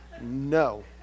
No